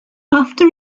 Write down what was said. after